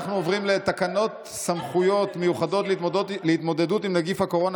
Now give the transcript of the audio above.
אנחנו עוברים לתקנות סמכויות מיוחדות להתמודדות עם נגיף הקורונה